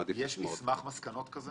יש מסמך מסקנות כזה